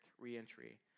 reentry